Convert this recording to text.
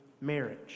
marriage